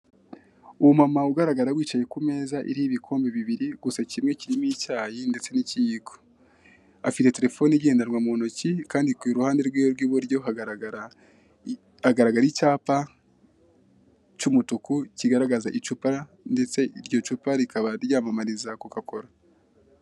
Umumama ugaragara wicaye ku meza iriho ibikombe bibili gusa kimwe kirimo icyayi ndetse n'ikiyiko, afite telefone igendanwa mu ntoki kandi ku ruhande rw'iwe rw'iburyo hagaragara icyapa cy'umutuku kigaragaza icupa ndetse iryo cupa rika ryamamariza Coca Cola.